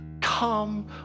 come